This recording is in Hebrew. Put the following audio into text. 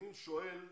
אני שואל,